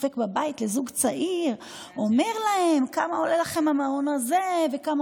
דופק בבית לזוג צעיר ואומר להם: כמה עולה לכם המעון הזה?